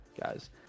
guys